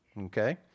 okay